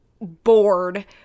bored